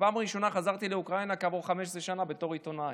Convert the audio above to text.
בפעם הראשונה חזרתי לאוקראינה כעבור 15 שנה בתור עיתונאי.